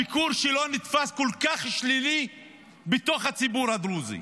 הביקור שלו נתפס כל כך שלילי בתוך הציבור הדרוזי.